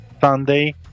Sunday